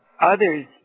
others